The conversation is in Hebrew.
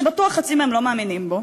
שבטוח חצי מהם לא מאמינים בו.